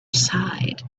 side